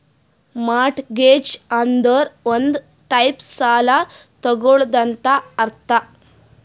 mortgage ಅಂದುರ್ ಒಂದ್ type ಸಾಲ ತಗೊಳದಂತ್ ಅರ್ಥ